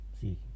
see